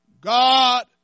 God